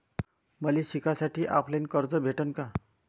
मले शिकासाठी ऑफलाईन कर्ज भेटन का?